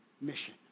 mission